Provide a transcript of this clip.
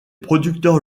producteurs